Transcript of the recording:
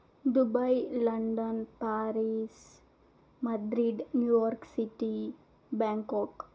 Dubai London Paris Madrid New York City Bangkok